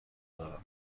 دارم